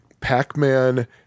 Pac-Man